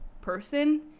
person